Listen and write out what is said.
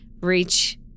reach